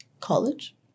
college